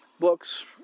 books